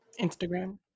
instagram